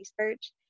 research